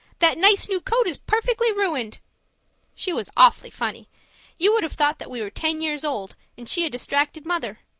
that nice new coat is perfectly ruined she was awfully funny you would have thought that we were ten years old, and she a distracted mother.